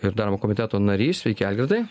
ir darbo komiteto narys sveiki algirdai